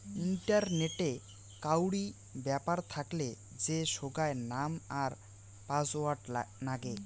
ইন্টারনেটে কাউরি ব্যাপার থাকলে যে সোগায় নাম আর পাসওয়ার্ড নাগে